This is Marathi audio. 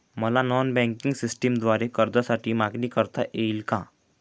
मला नॉन बँकिंग सिस्टमद्वारे कर्जासाठी मागणी करता येईल का?